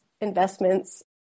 investments